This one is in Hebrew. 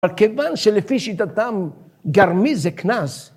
‫אבל כיוון שלפי שיטתם, ‫גרמי זה כנז.